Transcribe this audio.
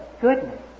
goodness